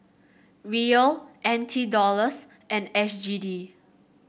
Riyal N T Dollars and S G D